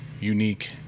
unique